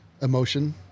emotion